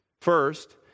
First